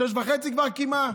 ב-06:30 כבר קימה,